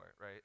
right